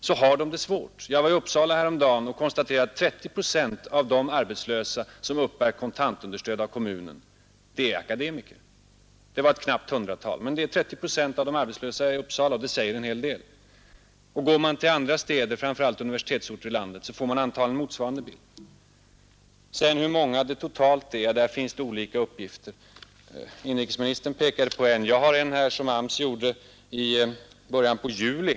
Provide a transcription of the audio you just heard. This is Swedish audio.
När jag t.ex. häromdagen var i Uppsala fann jag att 30 procent av de arbetslösa där som uppbar kontantunderstöd av kommunen var akademiker. Det utgjorde ett knappt hundratal, men det var ändå 30 procent av de arbetslösa i Uppsala. Det säger en hel del. Om man går till andra städer, framför allt till universitetsorterna, får man antagligen motsvarande bild. När det sedan gäller hur stort antalet arbetslösa akademiker är totalt sett, så finns det olika uppgifter. Inrikesministern anförde en siffra, och jag har själv en annan, som AMS gav i början på juli.